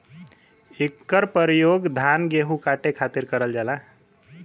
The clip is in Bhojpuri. इकर परयोग धान गेहू काटे खातिर करल जाला